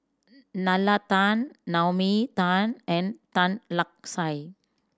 Nalla Tan Naomi Tan and Tan Lark Sye